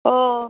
ও